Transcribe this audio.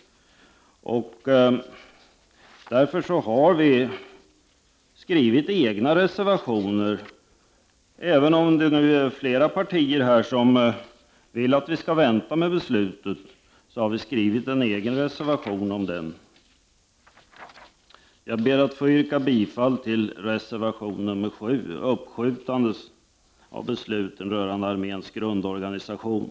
Det är därför som miljöpartiet har skrivit egna reservationer. Även om det finns flera andra partier som anser att beslutet skall vänta, har vi skrivit en egen reservation. Jag ber att få yrka bifall till reservation nr 7 om uppskjutande av besluten rörande arméns grundorganisation.